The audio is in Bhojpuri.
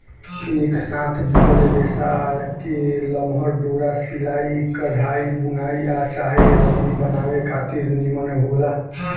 एक साथ जुड़ल रेसा के लमहर डोरा सिलाई, कढ़ाई, बुनाई आ चाहे रसरी बनावे खातिर निमन होला